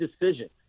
decision